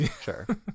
Sure